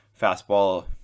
Fastball